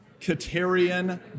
Katerian